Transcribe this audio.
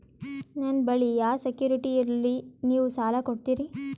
ನನ್ನ ಬಳಿ ಯಾ ಸೆಕ್ಯುರಿಟಿ ಇಲ್ರಿ ನೀವು ಸಾಲ ಕೊಡ್ತೀರಿ?